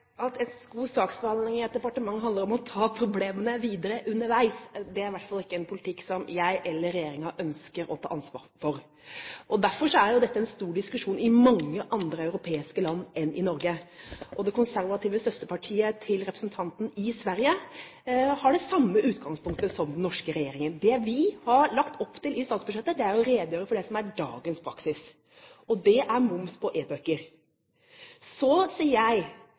At en god saksbehandling i et departement handler om å ta problemene videre underveis, er i hvert fall ikke en politikk som jeg eller regjeringen ønsker å ta ansvar for. Dette er en stor diskusjon i mange andre europeiske land enn i Norge. Det konservative søsterpartiet til representanten, i Sverige, har det samme utgangspunktet som den norske regjeringen. Det vi har lagt opp til i statsbudsjettet, er å redegjøre for det som er dagens praksis, og det er moms på e-bøker. Så sier jeg